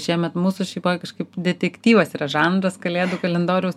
šiemet mūsų šeimoj kažkaip detektyvas yra žanras kalėdų kalendoriaus